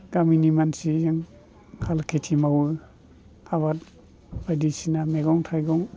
गामिनि मानसि जों हाल खिथि मावो आबाद बायदिसिना मैगं थाइगं